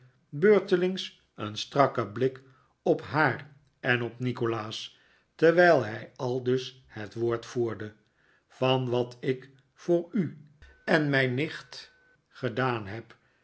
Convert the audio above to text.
beurtelings een strakken blik op haar en op nikolaas terwijl hij aldus het woord voerde van wat ik voor u en mijn nicht gedaan heb